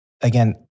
again